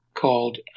called